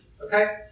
okay